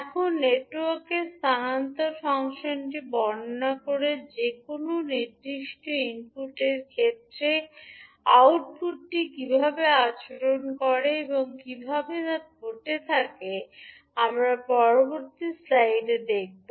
এখন নেটওয়ার্কের স্থানান্তর ফাংশনটি বর্ণনা করে যে কোনও নির্দিষ্ট ইনপুটের ক্ষেত্রে আউটপুটটি কীভাবে আচরণ করে এবং কীভাবে তা ঘটে থাকে আমরা পরবর্তী স্লাইডে দেখব